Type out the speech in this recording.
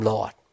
Lord